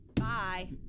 Bye